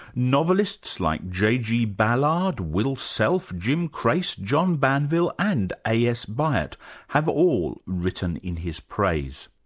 novelists like j. g. ballard, will self, jim crace, john banville and a. s. byatt have all written in his praise.